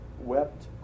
wept